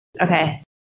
Okay